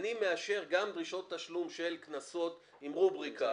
אני מאשר גם דרישות תשלום של קנסות עם רובריקה